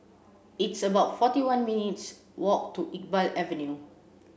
it's about forty one minutes' walk to Iqbal Avenue